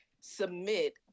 submit